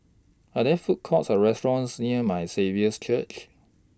Are There Food Courts Or restaurants near My Saviour's Church